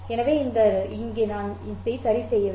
எனவே இங்கே நான் இதை சரிசெய்வேன்